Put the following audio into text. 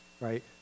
Right